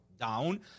down